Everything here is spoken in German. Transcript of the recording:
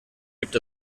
gibt